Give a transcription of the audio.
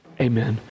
Amen